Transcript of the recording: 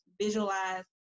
visualize